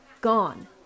gone